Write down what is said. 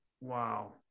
Wow